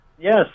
Yes